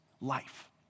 life